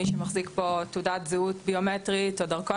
מי שמחזיק פה תעודת זהות ביומטרית או דרכון